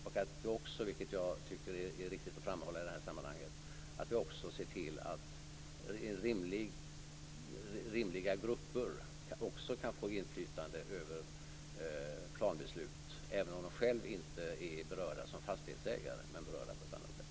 Jag tycker också att det är viktigt att i detta sammanhang framhålla att rimligt sammansatta grupper bör få ha inflytande över planbeslut, även sådana som inte själva är berörda som fastighetsägare men på annat sätt.